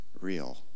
real